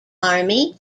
army